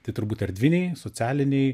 tai turbūt erdviniai socialiniai